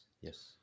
yes